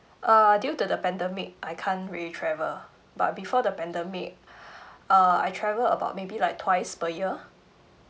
err due to the pandemic I can't really travel but before the pandemic err I travel about maybe like twice per year